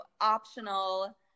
optional